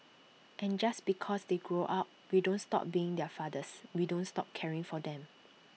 and just because they grow up we don't stop being their fathers we don't stop caring for them